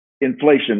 inflation